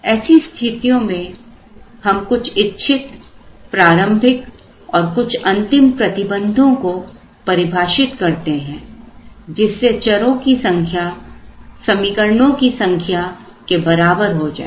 ऐसी स्थितियों में हम कुछ इच्छित प्रारंभिक और कुछ अंतिम प्रतिबंधों को परिभाषित करते हैं जिससे चरों की संख्या समीकरणों की संख्या के बराबर हो जाए